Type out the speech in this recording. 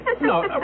No